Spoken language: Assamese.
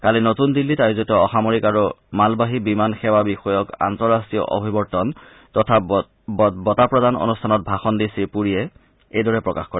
কালি নতুন দিন্নীত আয়োজিত অসামৰিক আৰু মালবাহী বিমান সেৱাবিষয়ক আন্তঃৰাষ্ট্ৰীয় অভিবৰ্তন তথা বঁটা প্ৰদান অনুষ্ঠানত ভাষণ দি শ্ৰীপুৰীয়ে এইদৰে প্ৰকাশ কৰে